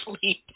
sleep